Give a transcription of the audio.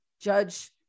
judge